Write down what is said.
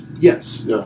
Yes